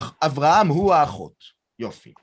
אברהם הוא האחות. יופי.